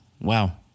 Wow